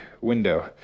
window